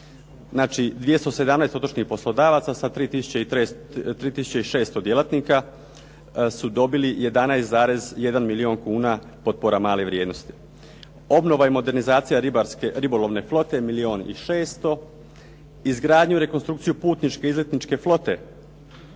znači 217 otočnih poslodavaca sa 3 tisuće i 600 djelatnika su dobili 11,1 milijun kuna potpora male vrijednosti. Obnova i modernizacija ribolovne flote milijun i 600, izgradnju, rekonstrukciju putničke izletničke flote